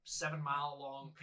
seven-mile-long